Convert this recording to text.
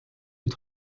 бид